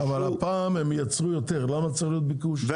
ביקוש,